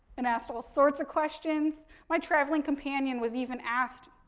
and asked all sorts of questions. my traveling companion was even asked,